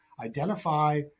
identify